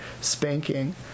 spanking